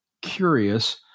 curious